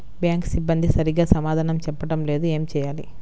Bank సిబ్బంది సరిగ్గా సమాధానం చెప్పటం లేదు ఏం చెయ్యాలి?